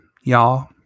y'all